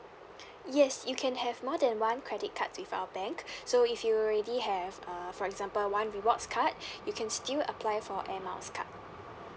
yes you can have more than one credit cards with our bank so if you already have uh for example one rewards card you can still apply for air miles card